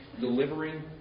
delivering